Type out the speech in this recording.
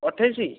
ଅଠେଇଶ